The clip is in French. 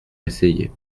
essayé